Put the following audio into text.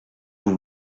vous